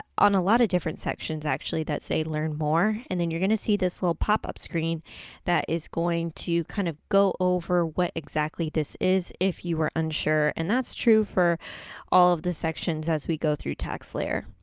on a lot of different sections actually, that say learn more. and then you're gonna see this little pop-up screen that is going to kind of go over what exactly this is, if you were unsure. and that's true for all of the sections as we go through taxslayer.